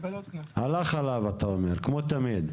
הלך עליו, אתה אומר, כמו תמיד.